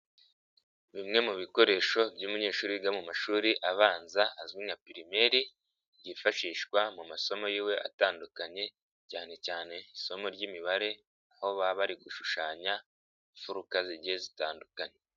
Bimwe mu bikoresho by'umunyeshuri wiga mu mashuri abanza azwi nka pirimeri yifashishwa mu masomo yiwe atandukanye cyanecyane isomo ry'imibare aho baba bari gushushanya imfuruka zigiye zitandukanye.